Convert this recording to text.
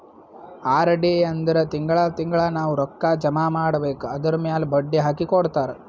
RD ಅಂದುರ್ ತಿಂಗಳಾ ತಿಂಗಳಾ ನಾವ್ ರೊಕ್ಕಾ ಜಮಾ ಮಾಡ್ಬೇಕ್ ಅದುರ್ಮ್ಯಾಲ್ ಬಡ್ಡಿ ಹಾಕಿ ಕೊಡ್ತಾರ್